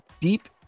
deep